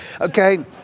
Okay